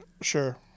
Sure